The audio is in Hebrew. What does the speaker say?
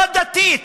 לא דתית.